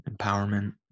empowerment